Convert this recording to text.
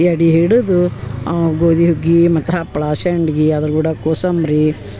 ಎಡೆ ಹಿಡಿದು ಅವು ಗೋಧಿ ಹುಗ್ಗಿ ಮತ್ತು ಹಪ್ಪಳ ಸೆಂಡ್ಗಿ ಅದ್ರ ಕೂಡ ಕೋಸಂಬರಿ